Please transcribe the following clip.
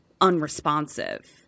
unresponsive